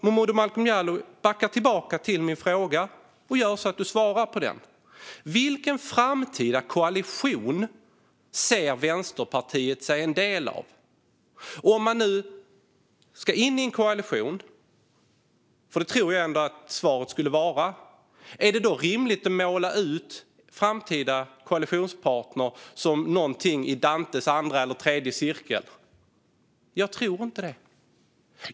Momodou Malcolm Jallow kan backa tillbaka till min fråga och svara på den: Vilken framtida koalition ser Vänsterpartiet sig som en del av? Om man nu ska in i en koalition - för det tror jag ändå att svaret skulle vara - är det då rimligt att måla ut framtida koalitionspartner som någonting i Dantes andra eller tredje cirkel? Jag tror inte det.